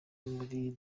muri